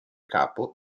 capo